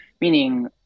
meaning